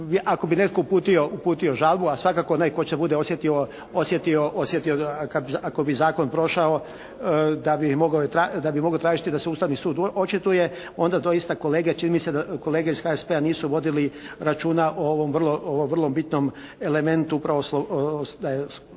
ako bi netko uputio žalbu a svakako onaj tko će bude osjetio ako bi zakon prošao da bi mogao tražiti da se Ustavni sud očituje onda doista kolege čini mi se, kolege iz HSP-a nisu vodili računa o ovom vrlo bitnom elementu upravo činjenica